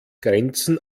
grenzen